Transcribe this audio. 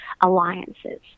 alliances